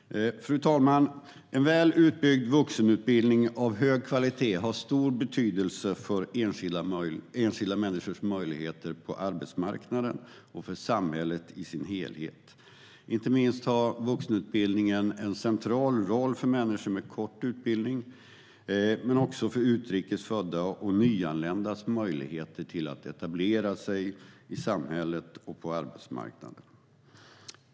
Fru talman! En väl utbyggd vuxenutbildning av hög kvalitet har stor betydelse för enskilda människors möjligheter på arbetsmarknaden och för samhället i dess helhet. Inte minst har vuxenutbildningen en central roll för människor med kort utbildning men också för utrikes föddas och nyanländas möjligheter att etablera sig i samhället och på arbetsmarknaden.